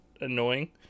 annoying